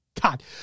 God